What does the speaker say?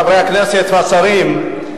אני מודיע למשנה לראש הממשלה,